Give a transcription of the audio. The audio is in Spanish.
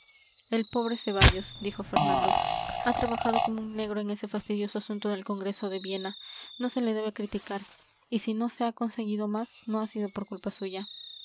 el pobre ceballos dijo fernando ha trabajado como un negro en ese fastidioso asunto del congreso de viena no se le debe criticar y si no se ha conseguido más no ha sido por culpa suya